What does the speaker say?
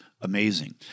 Amazing